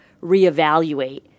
reevaluate